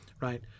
right